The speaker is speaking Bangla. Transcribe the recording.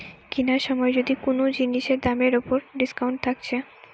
কিনার সময় যদি কুনো জিনিসের দামের উপর ডিসকাউন্ট থাকছে